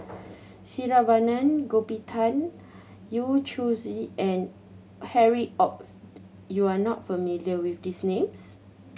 Saravanan Gopinathan Yu Zhuye and Harry Ord you are not familiar with these names